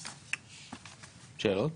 שאלות?